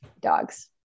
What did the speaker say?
Dogs